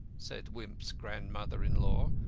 said wimp's grand-mother-in-law,